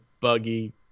buggy